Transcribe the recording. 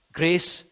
grace